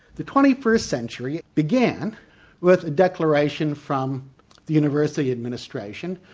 the twenty first century began with a declaration from the university administration,